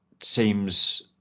seems